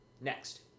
next